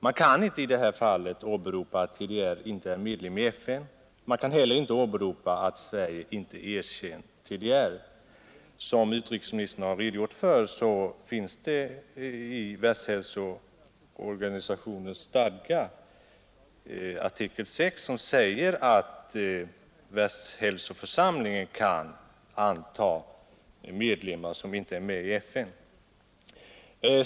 Man kan inte i det här fallet åberopa att TDR inte är medlem i FN. Man kan inte heller åberopa att Sverige inte har erkänt TDR. Som utrikesministern har redogjort för står det i WHO:s stadgar, artikel 6, att Världshälsoförsamlingen till medlem av WHO kan anta stat som inte är medlem av FN.